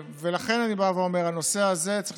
ולכן אני בא ואומר: הנושא הזה צריך